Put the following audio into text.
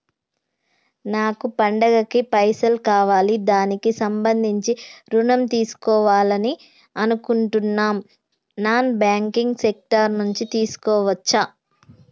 నాకు పండగ కి పైసలు కావాలి దానికి సంబంధించి ఋణం తీసుకోవాలని అనుకుంటున్నం నాన్ బ్యాంకింగ్ సెక్టార్ నుంచి తీసుకోవచ్చా?